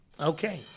Okay